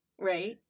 Right